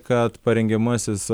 kad parengiamasis